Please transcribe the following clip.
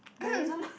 there isn't